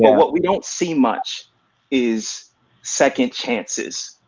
what we don't see much is second chances,